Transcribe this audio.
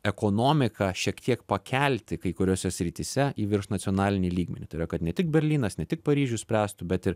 ekonomiką šiek tiek pakelti kai kuriose srityse į viršnacionalinį lygmenį tai yra kad ne tik berlynas ne tik paryžius spręstų bet ir